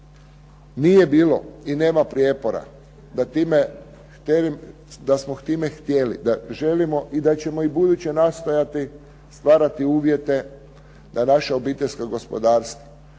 nije bilo i nema prijepora da smo time htjeli da želimo i da ćemo ubuduće nastojati stvarati uvjete da naša obiteljska gospodarstva,